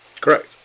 Correct